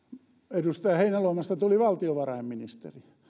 edustaja heinäluomasta tuli valtiovarainministeri